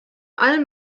allen